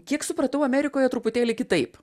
kiek supratau amerikoje truputėlį kitaip